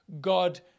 God